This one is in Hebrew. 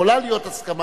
יכולה להיות הסכמה,